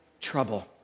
trouble